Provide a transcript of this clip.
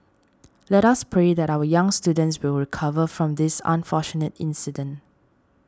let us pray that our young students will recover from this unfortunate incident